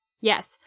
Yes